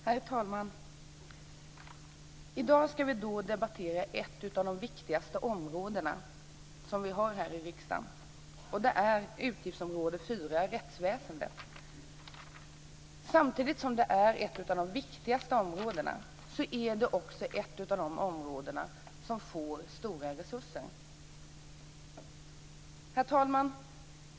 Herr talman! I dag ska vi debattera ett av de viktigaste områdena, och det är utgiftsområde 4 Rättsväsendet. Det är också ett av de områden som får stora resurser.